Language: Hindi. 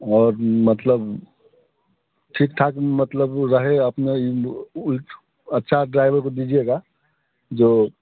और मतलब ठीक ठाक मतलब रहे अपने अच्छा ड्राइवर को दीजिएगा जो